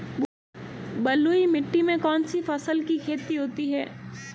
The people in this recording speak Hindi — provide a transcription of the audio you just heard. बलुई मिट्टी में कौनसी फसल की खेती होती है?